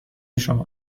شما